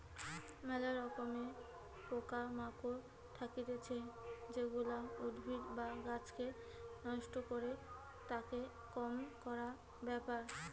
ম্যালা রকমের পোকা মাকড় থাকতিছে যেগুলা উদ্ভিদ বা গাছকে নষ্ট করে, তাকে কম করার ব্যাপার